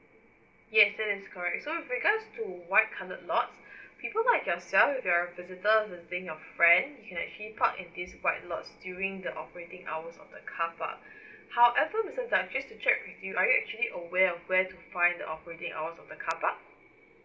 yes that is correct so with regards to white coloured lots people like yourself if you're a visitor visiting your friend you can actually park in these white lots during the operating hours of the carpark however mister tan just to check with you are you actually aware of where to find the operating hours of the carpark